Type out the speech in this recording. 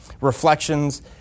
reflections